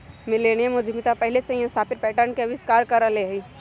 millennium उद्यमिता पहिले से स्थापित पैटर्न के अस्वीकार कर रहल हइ